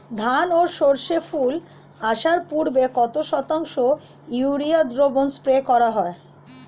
ধান ও সর্ষে ফুল আসার পূর্বে কত শতাংশ ইউরিয়া দ্রবণ স্প্রে করা হয়?